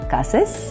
Cases